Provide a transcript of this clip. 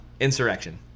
Insurrection